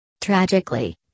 Tragically